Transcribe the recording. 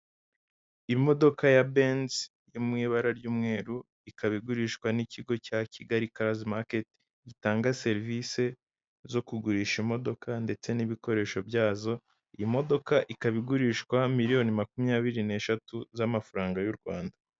Imodoka ya Benz yo mu ibara ry'umweru, ikaba igurishwa n'ikigo cya Kigali karizi maketi, gitanga serivisi zo kugurisha imodoka ndetse n'ibikoresho byazo, iyi modoka ikaba igurishwa miliyoni makumyabiri n'eshatu z'amafaranga y'u Rwanda.